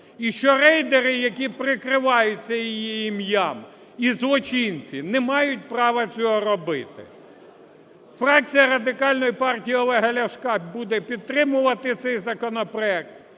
і що рейдери, які прикриваються її ім'ям і злочинці, не мають права цього робити. Фракція Радикальної партії Олега Ляшка буде підтримувати цей законопроект